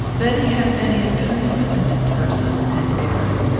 betty had many enticements in person and air.